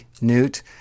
Newt